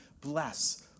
bless